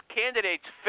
candidate's